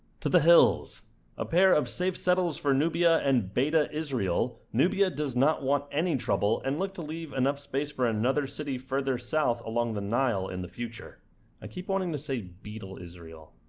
to the hills a pair of safe settles for nubia and beta israel nubia does not want any trouble and look to leave enough space for another city further south along the nile in the future i keep wanting to say beetle israel